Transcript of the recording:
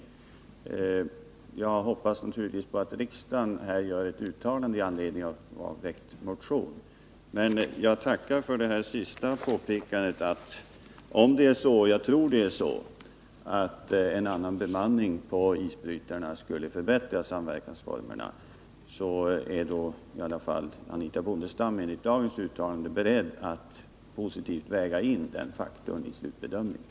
Naturligtvis hoppas jag att riksdagen gör ett uttalande i anledning av väckt motion, men jag tackar ändå för det senaste påpekandet att om det är så — och det tror jag — att en annan bemanning på isbrytarna skulle förbättra samverkansformerna, är Anitha Bondestam beredd att positivt väga in den faktorn i slutbedömningen.